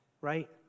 right